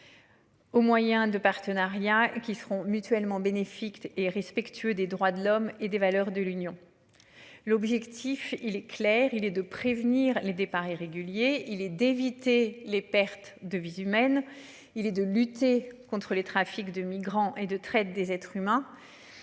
Au moyen de partenariats qu'ils seront mutuellement bénéfique et respectueux des droits de l'homme et des valeurs de l'Union. L'objectif, il est clair, il est de prévenir les départs irréguliers. Il est d'éviter les pertes de vies humaines. Il est de lutter contre les trafics de migrants et de traite des être s'humains.